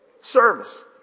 service